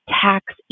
tax